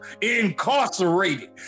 incarcerated